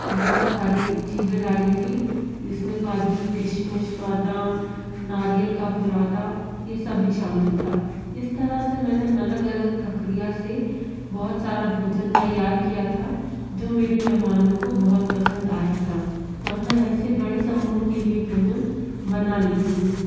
बहुत सारी चीज़ें डाली थी जिस में काजू किशमिश बादाम नारियल का बुरादा ये सभी शामिल था इस तरह से मैंने अलग अलग प्रक्रिया से बहुत सारा भोजन तैयार किया था जो मेरे मेहमानों को बहुत पसंद आया था और मैं ऐसे बड़े समूह के लिए भोजन बना लेती हूँ